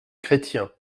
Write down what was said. chrétien